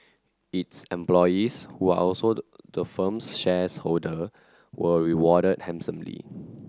its employees who are also the the firm's shares holder were rewarded handsomely